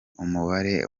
umubare